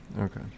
Okay